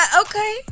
Okay